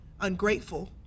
ungrateful